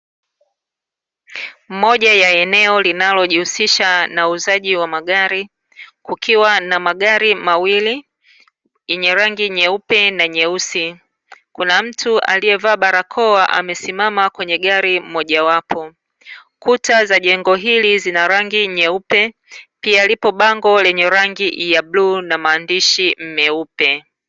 Moja ya eneo linalojihusisha na uuzaji wa magari, kukiwa na magari mawili yenye rangi nyeupe na nyeusi, kuna mtu mwenye barakoa amesimama kwenye gari mojawapo, kuta za jengo hili zina rangi nyeupe, pia lipo bango lenye rangi ya bluu na maandishi meupe.